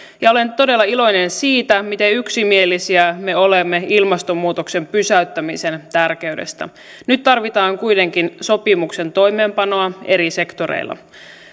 ja olen todella iloinen siitä miten yksimielisiä me olemme ilmastonmuutoksen pysäyttämisen tärkeydestä nyt tarvitaan kuitenkin sopimuksen toimeenpanoa eri sektoreilla